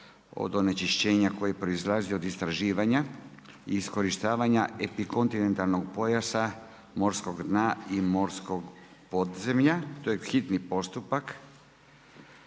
od onečišćenja koje proizilazi iz istraživanja i iskorištavanja epikontinentalnog pojasa, morskog dna i morskog podzemlja, hitni postupak,